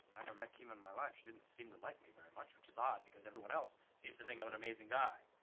met kima in my life. she didn't seem to like me very much, which is odd, because everyone else seems to think i'm an amazing guy.